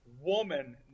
woman